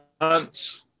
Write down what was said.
hunts